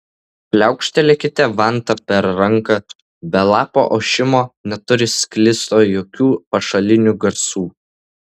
pliaukštelėkite vanta per ranką be lapų ošimo neturi sklisto jokių pašalinių garsų